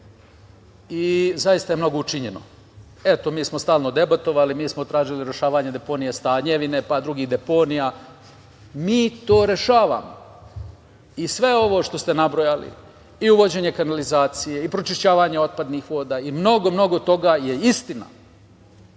Zaista je mnogo učinjeno. Eto, mi smo stalno debatovali, mi smo tražili rešavanje deponije Stanjevine, pa drugih deponija. Mi to rešavamo. I sve ovo što ste nabrojali, i uvođenje kanalizacije i pročišćavanje otpadnih voda i mnogo, mnogo toga je istina.